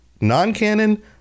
Non-canon